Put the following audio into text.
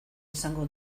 izango